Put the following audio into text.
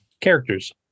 characters